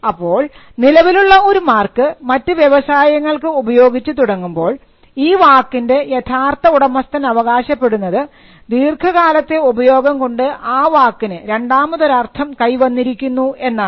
അപ്പോൾ നിലവിലുള്ള ഒരു മാർക്ക് മറ്റു വ്യവസായങ്ങൾക്ക് ഉപയോഗിച്ച് തുടങ്ങുമ്പോൾ ഈ വാക്കിൻറെ യഥാർത്ഥ ഉടമസ്ഥൻ അവകാശപ്പെടുന്നത് ദീർഘകാലത്തെ ഉപയോഗം കൊണ്ട് ആ വാക്കിന് രണ്ടാമതൊരർത്ഥം കൈവന്നിരിക്കുന്നു എന്നാണ്